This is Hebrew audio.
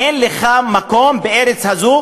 אין לך מקום בארץ הזו,